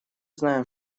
знаем